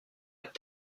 être